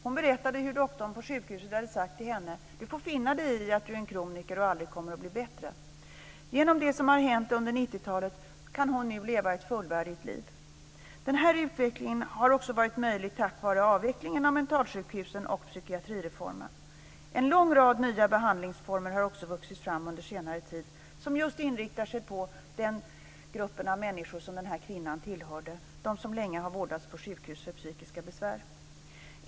Hon berättade hur doktorn på sjukhuset hade sagt till henne: Du får finna dig i att du är en kroniker och aldrig kommer att bli bättre! Genom det som har hänt under 90-talet kan hon nu leva ett fullvärdigt liv. Denna utveckling har också varit möjlig tack vare avvecklingen av mentalsjukhusen, och psykiatrireformen. En lång rad nya behandlingsformer har också vuxit fram under senare tid som just inriktar sig på den grupp av människor som den här kvinnan tillhörde - de som länge har vårdats på sjukhus för psykiska besvär.